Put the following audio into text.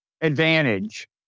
advantage